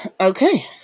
Okay